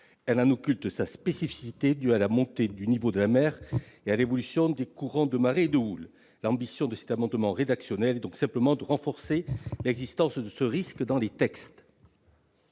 elle en occulte sa spécificité due à la montée du niveau de la mer et à l'évolution des courants de marée et de houle. Les auteurs de cet amendement rédactionnel ont donc pour simple ambition de renforcer l'existence de ce risque dans les textes.